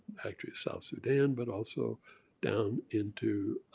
actually south sudan, but also down into